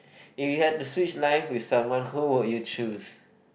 if you had to switch life with someone who would you choose